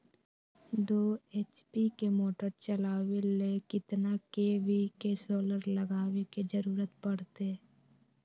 दो एच.पी के मोटर चलावे ले कितना के.वी के सोलर लगावे के जरूरत पड़ते?